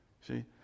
See